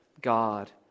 God